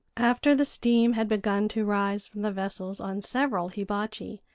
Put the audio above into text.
after the steam had begun to rise from the vessels on several hibachi,